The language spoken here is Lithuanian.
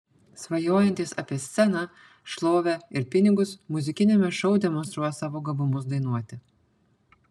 svajojantys apie sceną šlovę ir pinigus muzikiniame šou demonstruos savo gabumus dainuoti